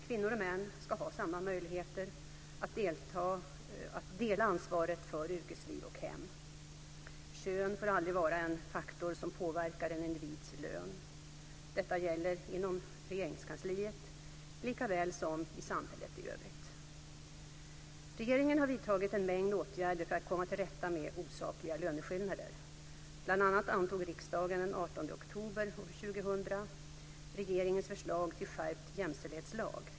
Kvinnor och män ska ha samma möjligheter att dela ansvaret för yrkesliv och hem. Kön får aldrig vara en faktor som påverkar en individs lön. Detta gäller inom Regeringskansliet likaväl som i samhället i övrigt. Regeringen har vidtagit en mängd åtgärder för att komma till rätta med osakliga löneskillnader. Bl.a. antog riksdagen den 18 oktober 2000 regeringens förslag till skärpt jämställdhetslag.